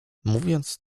mówiąc